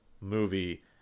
movie